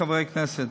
חברי הכנסת,